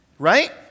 Right